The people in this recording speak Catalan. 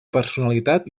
personalitat